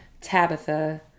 Tabitha